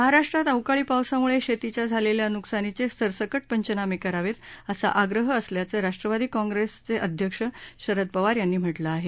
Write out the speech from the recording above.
महाराष्ट्रात अवकाळी पावसामुळे शेतीच्या झालेल्या नुकसानीचे सरसकट पंचनामे करावेत असा आग्रह असल्याचं राष्ट्रवादी कॉंग्रेसचे अध्यक्ष शरद पवार यांनी म्हटलं आहे